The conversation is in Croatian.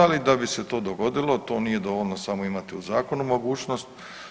Ali da bi se to dogodilo to nije dovoljno samo imati u zakonu mogućnost.